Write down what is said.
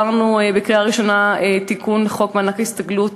העברנו בקריאה ראשונה תיקון לחוק מענק הסתגלות